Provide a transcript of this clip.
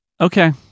Okay